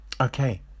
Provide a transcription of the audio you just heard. Okay